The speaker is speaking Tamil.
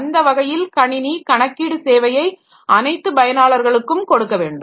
அந்த வகையில் கணினி கணக்கீடு சேவையை அனைத்து பயனாளர்களுக்கும் கொடுக்க வேண்டும்